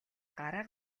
гараа